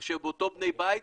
אותם בני בית,